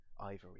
ivory